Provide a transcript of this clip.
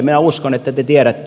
minä uskon että te tiedätte